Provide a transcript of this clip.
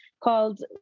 called